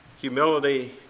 Humility